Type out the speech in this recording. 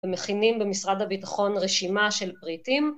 הם מכינים במשרד הביטחון רשימה של פריטים.